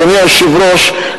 אדוני היושב-ראש,